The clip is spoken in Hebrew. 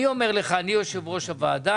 אני אומר לך ,אני יושב ראש הוועדה,